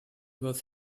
was